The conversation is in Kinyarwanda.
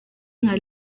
nka